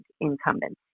incumbents